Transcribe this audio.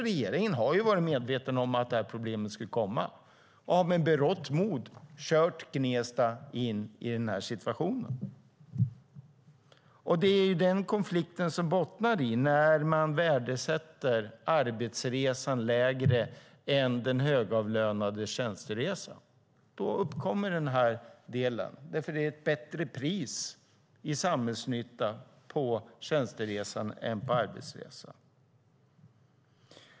Regeringen har varit medveten om att problemet skulle komma och har med berått mod kört Gnesta in i den här situationen. Konflikten bottnar i att man värdesätter arbetsresan lägre än tjänsteresan för den högavlönade. Då uppkommer denna del. Det är ett bättre pris i samhällsnytta på tjänsteresan än på arbetsresan.